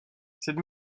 cette